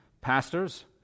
pastors